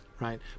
right